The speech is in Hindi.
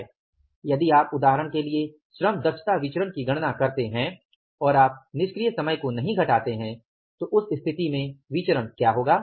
यदि आप उदाहरण के लिए श्रम दक्षता विचरण की गणना करते हैं और आप निष्क्रिय समय को नहीं घटाते है तो उस स्थिति में विचरण क्या होगा